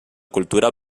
cultura